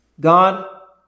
God